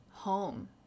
home